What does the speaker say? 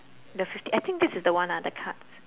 the fifty I think this is the one ah the cards